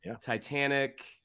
Titanic